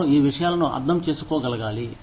వారు ఈ విషయాలను అర్థం చేసుకోగలగాలి